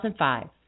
2005